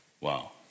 Wow